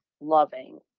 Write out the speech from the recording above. loving